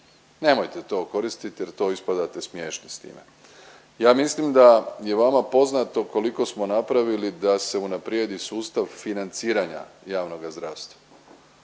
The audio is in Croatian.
Nemojte to koristiti jer to ispadate smiješni s time. Ja mislim da je vama poznato koliko smo napravili da se unaprijedi sustav financiranja javnoga zdravstva,